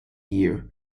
year